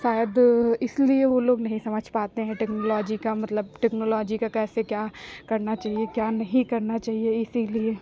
शायद इसलिए वो लोग नहीं समझ पाते हैं टेक्नोलॉजी का मतलब टेक्नोलॉजी का कैसे क्या करना चहिए क्या नहीं करना चहिए इसीलिए